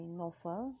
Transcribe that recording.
novel